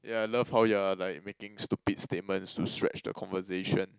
yeah I love how you are like making stupid statements to stretch the conversation